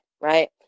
right